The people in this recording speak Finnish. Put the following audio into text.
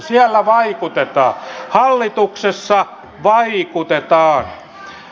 siellä vaikutetaan hallituksessa vaikutetaan